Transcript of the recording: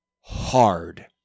hard